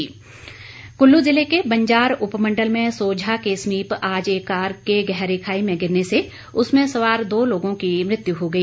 दुर्घटना कुल्लू ज़िले के बंजार उपमण्डल में सोझा के समीप आज एक कार को गहरी खाई में गिरने से उसमें सवार दो लोगों की मृत्यु हो गई